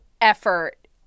effort